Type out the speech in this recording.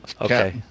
Okay